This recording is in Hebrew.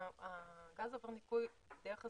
הגז עובר ניקוי דרך הספקיות,